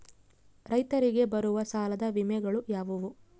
ರೈತರಿಗೆ ಬರುವ ಸಾಲದ ವಿಮೆಗಳು ಯಾವುವು?